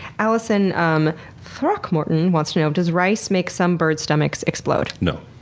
allison um throckmorton wants to know does rice make some birds' stomachs explode? no.